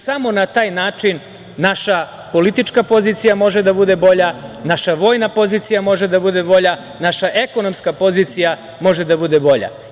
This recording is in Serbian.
Samo na taj način naša politička pozicija može da bude bolja, naša vojna pozicija može da bude bolja, naša ekonomska pozicija može da bude bolje.